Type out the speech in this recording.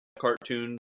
cartoon